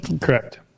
Correct